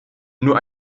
nur